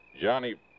Johnny